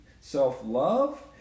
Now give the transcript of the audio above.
self-love